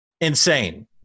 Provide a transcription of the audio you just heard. Insane